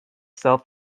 self